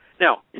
Now